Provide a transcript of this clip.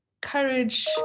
courage